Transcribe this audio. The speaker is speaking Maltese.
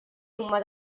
huma